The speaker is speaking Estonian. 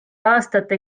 aastate